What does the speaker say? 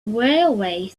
railway